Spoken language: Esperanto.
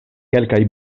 kelkaj